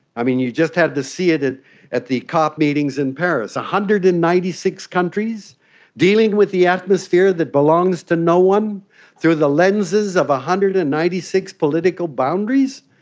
i mean, you just had to see it it at the cop meetings in paris. hundred and ninety six countries dealing with the atmosphere that belongs to no one through the lenses of one ah hundred and ninety six political boundaries.